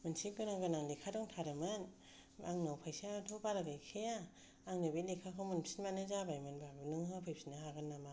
मोनसे गोनां गोनां लेखा दंथारोमोन आंनाव फैसायाथ' बारा गैखाया आंनो बे लेखाखौ मोनफिनबानो जाबायमोन बाबु नों होफैफिननो हागोन नामा